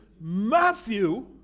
Matthew